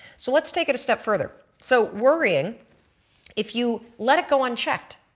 so let's take it a step further, so worrying if you let it go unchecked